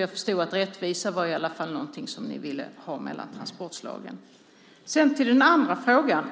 Jag förstod att rättvisa i alla fall var någonting som ni ville ha mellan transportslagen. Sedan till den andra frågan.